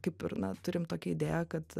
kaip ir na turim tokią idėją kad